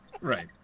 Right